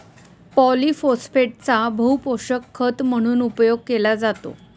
पॉलिफोस्फेटचा बहुपोषक खत म्हणून उपयोग केला जातो